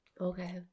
okay